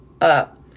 up